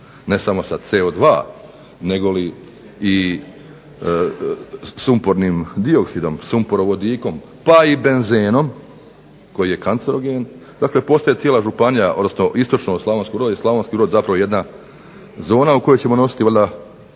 ne samo sa CO2 negoli i sumpornim dioksidom, sumporovodikom pa i benzenom koji je kancerogen. Dakle, postaje cijela županija odnosno istočno od Slavonskog Broda i Slavonski Brod zapravo jedna zona u kojoj ćemo nositi valjda